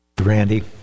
Randy